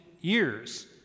years